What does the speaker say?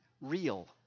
Real